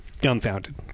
Dumbfounded